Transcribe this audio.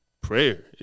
prayer